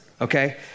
okay